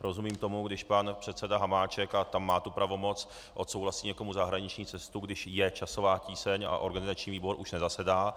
Rozumím tomu, když pan předseda Hamáček, a tam má tu pravomoc, odsouhlasí někomu zahraniční cestu, když je časová tíseň a organizační výbor už nezasedá.